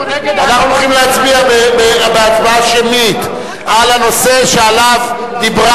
אנחנו הולכים להצביע בהצבעה שמית על הנושא שעליו דיברה